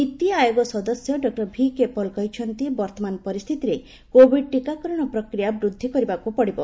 ନୀତି ଆୟୋଗ ସଦସ୍ୟ doctor VK Paul କହିଛନ୍ତି ବର୍ତ୍ତମାନ ପରିସ୍ଥିତିରେ କୋବିଡ୍ ଟିକାକରଣ ପ୍ରକ୍ରିୟା ବୃଦ୍ଧି କରିବାକୁ ପଡ଼ିବ